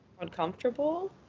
uncomfortable